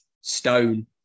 stone